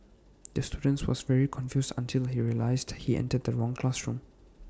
the student was very confused until he realised he entered the wrong classroom